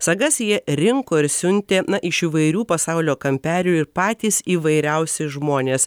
sagas jie rinko ir siuntė iš įvairių pasaulio kampelių ir patys įvairiausi žmonės